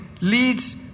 leads